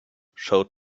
showed